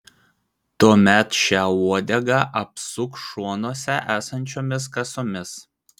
tuomet šią uodegą apsuk šonuose esančiomis kasomis